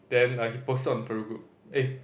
then like he posted on Peru group eh